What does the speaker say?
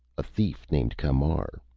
a thief named camar,